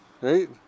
right